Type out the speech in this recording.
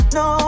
no